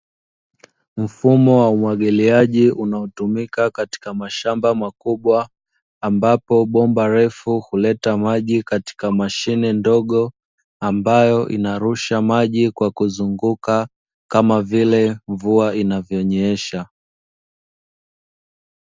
Mfumo wa umwagiliaji unaotumika katika mashamba makubwa, ambapo bomba refu huleta maji katika mashine ndogo; ambayo inarusha maji kwa kuzunguka, kama vile mvua inavyonyesha.